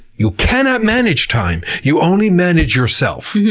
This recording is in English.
you cannot manage time. you only manage yourself.